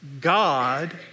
God